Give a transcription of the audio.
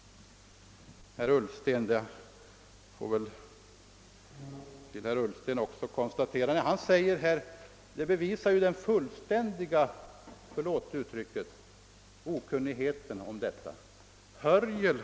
Vad herr Ullsten sade visar — förlåt uttrycket — den fullständiga okunnigheten på detta område.